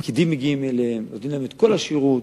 הפקידים מגיעים אליהם, נותנים להם את כל השירות.